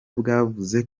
bwavuze